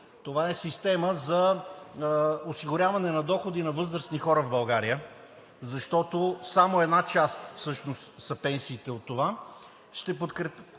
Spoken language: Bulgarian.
това е система за осигуряване на доходи на възрастни хора в България, защото само една част всъщност са пенсиите от това,